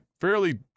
fairly